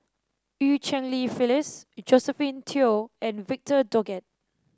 Eu Cheng Li Phyllis Josephine Teo and Victor Doggett